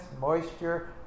moisture